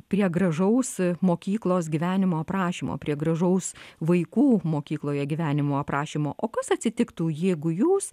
prie gražaus mokyklos gyvenimo aprašymo prie gražaus vaikų mokykloje gyvenimo aprašymo o kas atsitiktų jeigu jūs